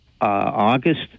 August